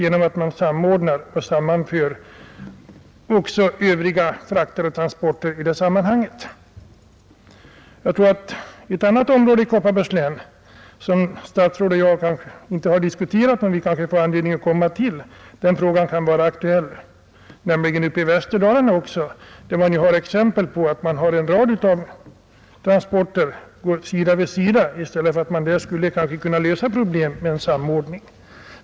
Ett område i Kopparbergs län, som statsrådet och jag inte diskuterat men som vi kanske får anledning att ta upp i detta sammanhang, är Västerdalarna, där det finns en lång rad exempel på att transporter går sida vid sida och där problemen kanske skulle kunna lösas genom en samordning.